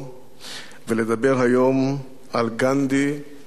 ולדבר היום על גנדי שאני הכרתי.